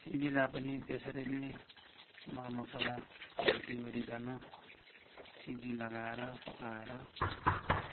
सिमीलाई पनि त्यसरी नै मरमसाला भुटिओरीकन सिबी लगाएर पकाएर